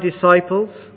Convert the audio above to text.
disciples